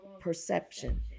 perception